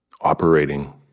operating